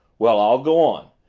well, i'll go on.